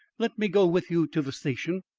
let me go with you to the station,